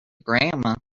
grandma